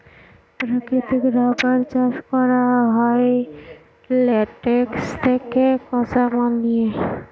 প্রাকৃতিক রাবার চাষ করা হয় ল্যাটেক্স থেকে কাঁচামাল নিয়ে